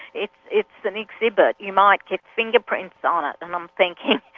it's it's an exhibit, you might get fingerprints on it. and i'm thinking,